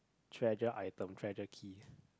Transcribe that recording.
treasure item treasure key